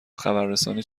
خبررسانی